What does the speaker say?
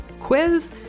quiz